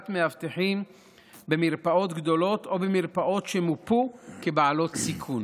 מאבטחים במרפאות גדולות או במרפאות שמופו כבעלות סיכון,